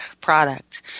product